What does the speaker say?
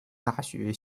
大学